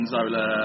Zola